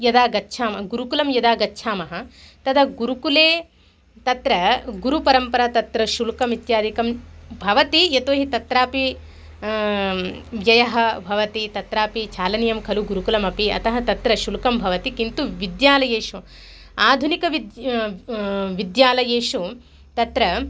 यदा गच्छामः गुरुकुलं यदा गच्छामः तदा गुरुकुले तत्र गुरुपरम्परा तत्र शुल्कमित्यादिकं भवति यतो हि तत्रापि व्ययः भवति तत्रापि चालनीयं खलु गुरुकुलमपि अतः तत्र शुल्कं भवति किन्तु विद्यालयेषु आधुनिकविद्या विद्यालयेषु तत्र